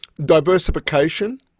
diversification